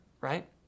Right